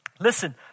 Listen